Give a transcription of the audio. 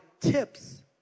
tips